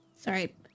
Sorry